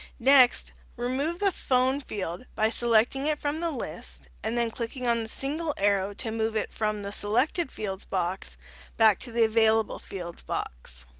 next remove the phone field by selecting it from the list and then clicking on the single arrow to move it from the selected fields box back to the available fields box.